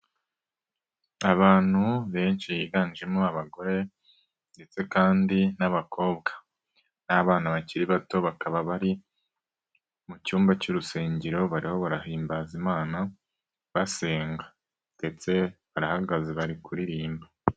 Abantu benshi biganjemo abagore ndetse kandi n'abakobwa n'abana bakiri bato bakaba bari mu cyumba cy'urusengero bariho barahimbaza Imana, basenga ndetse barahagaze bari kuririmba.